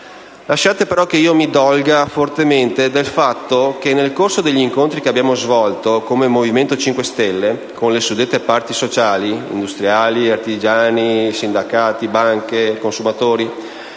Lasciate però che io mi dolga fortemente del fatto che, nel corso degli incontri che abbiamo svolto come Movimento 5 Stelle con le suddette parti sociali (industriali, artigiani, sindacati, banche, consumatori),